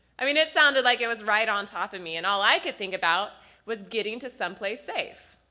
i mean, it sounded like it was right on top of me, and all i could think about was getting to someplace safe.